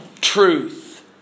truth